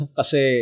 kasi